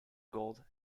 gold